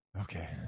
okay